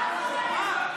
לשבת.